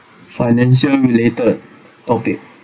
financial related topic